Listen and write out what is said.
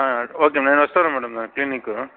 ఆ ఓకే నేను వస్తాను మేడం క్లినిక్కి